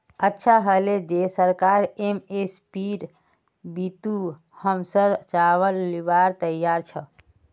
अच्छा हले जे सरकार एम.एस.पीर बितु हमसर चावल लीबार तैयार छ